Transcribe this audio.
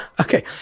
okay